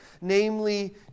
namely